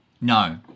No